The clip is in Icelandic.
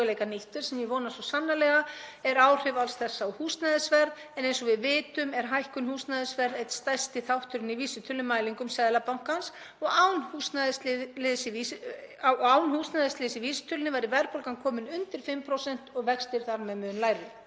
og án húsnæðisliðar í vísitölunni væri verðbólgan komin undir 5% og væru vextir þar með mun lægri. Burt séð frá öllu öðru mun aukin eftirspurn um kannski 1.000 heimili hafa veruleg áhrif á eftirspurn á fasteignamarkaði og þar með fasteignaverð.